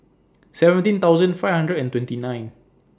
seventeen thousand five hundred and twenty nine